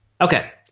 okay